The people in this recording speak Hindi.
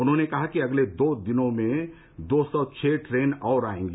उन्होंने कहा कि अगले दो दिनों में दो सौ छः ट्रेन और आएगी